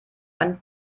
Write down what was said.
einen